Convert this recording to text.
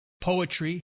poetry